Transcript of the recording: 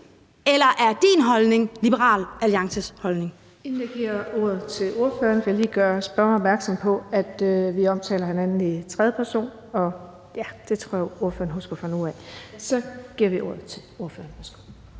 14:44 Den fg. formand (Birgitte Vind): Inden jeg giver ordet til ordføreren, vil jeg lige gøre spørgeren opmærksom på, at vi omtaler hinanden i tredje person. Og det tror jeg at spørgeren husker fra nu af. Så giver jeg ordet til ordføreren.